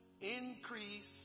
Increase